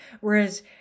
Whereas